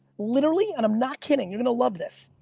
literally, and i'm not kidding, you're gonna love this.